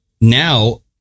now